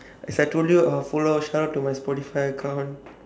as I told you I will follow asha to my Spotify account